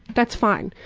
that's fine.